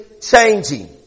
changing